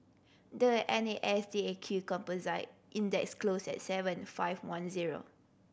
the N A S D A Q Composite Index closed at seven five one zero